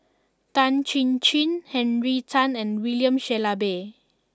Tan Chin Chin Henry Tan and William Shellabear